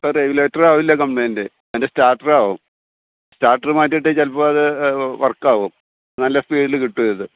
അപ്പോൾ റെഗുലേറ്ററാവില്ല കംപ്ലൈയിൻറ്റ് അതിൻ്റെ സ്റ്റാർട്ടറാകും സ്റ്റാർട്ടറ് മാറ്റിയിട്ടാണ് ചിലപ്പോൾ അത് വർക്കാവും